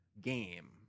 game